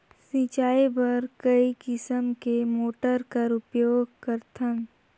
सिंचाई बर कई किसम के मोटर कर उपयोग करथन?